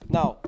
Now